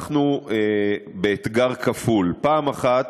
אנחנו באתגר כפול: קודם כול,